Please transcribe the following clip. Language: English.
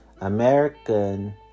American